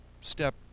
step